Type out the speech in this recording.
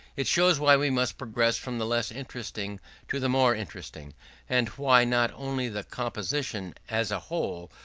it shows why we must progress from the less interesting to the more interesting and why not only the composition as a whole,